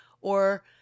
Or-